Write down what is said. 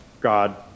God